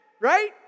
right